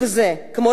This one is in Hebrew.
כמו רצח העם,